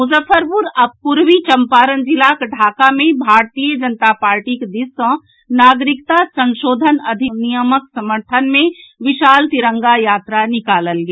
मुजफ्फरपुर आ पूर्वी चंपारण जिलाक टाका मे भारतीय जनता पार्टीक दिस सँ नागरिकता संशोधन अधिनियमक समर्थन मे विशाल तिरंगा यात्रा निकालल गेल